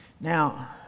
now